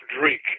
drink